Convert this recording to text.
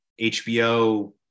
HBO